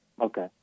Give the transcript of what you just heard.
Okay